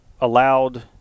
allowed